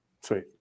Sweet